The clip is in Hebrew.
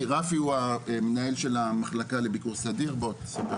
רפי הוא המנהל של המחלקה לביקור סדיר, בוא תספר.